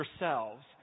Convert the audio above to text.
yourselves